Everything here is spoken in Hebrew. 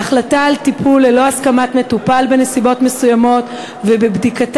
בהחלטה על טיפול ללא הסכמת מטופל בנסיבות מסוימות ובבדיקתן